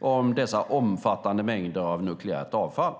om dessa omfattande mängder av nukleärt avfall.